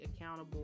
accountable